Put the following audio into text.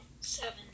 seven